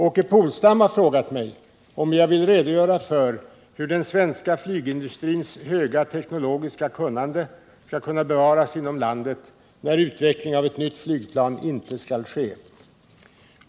Åke Polstam har frågat mig om jag vill redogöra för hur den svenska flygindustrins höga teknologiska kunnande skall kunna bevaras inom landet, när utveckling av nytt flygplan inte skall ske.